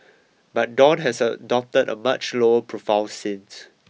but Dawn has a adopted a much lower profile since